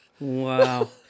Wow